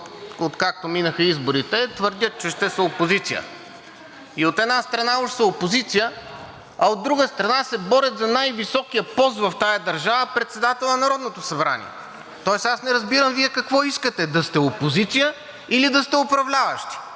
откакто минаха изборите, твърдят, че ще са опозиция. И от една страна, уж са опозиция, а от друга страна, се борят за най-високия пост в тази държава – председател на Народното събрание. Аз не разбирам Вие какво искате – да сте опозиция, или да сте управляващи?